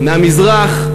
מהמזרח,